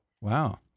Wow